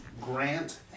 Grant